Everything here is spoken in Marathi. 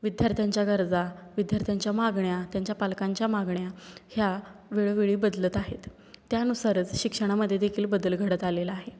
विद्यार्थ्यांच्या गरजा विद्यार्थ्यांच्या मागण्या त्यांच्या पालकांच्या मागण्या ह्या वेळोवेळी बदलत आहेत त्यानुसारच शिक्षणामध्ये देखील बदल घडत आलेला आहे